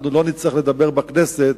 אנחנו לא נצטרך לדבר בכנסת